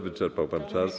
Wyczerpał pan czas.